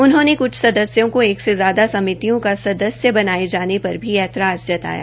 उन्होंने क्छ सदस्यों को एक से ज्यादा समितियों का सदस्य बनाये जाने पर भी ऐतराज जताया